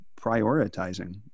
prioritizing